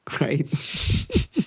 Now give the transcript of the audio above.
right